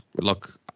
look